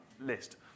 list